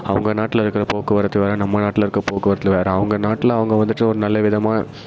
அவங்க நாட்டில் இருக்கிற போக்குவரத்து வேறு நம்ம நாட்டில் இருக்கிற போக்குவரத்தில் வேறு அவங்க நாட்டில் அவங்க வந்துவிட்டு ஒரு நல்லவிதமாக